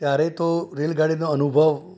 ત્યારે તો રેલગાડીનો અનુભવ